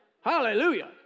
Hallelujah